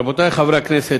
רבותי חברי הכנסת,